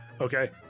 Okay